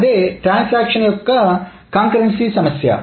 అదే ట్రాన్సాక్షన్ యొక్క సమకాలీన సమస్య